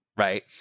Right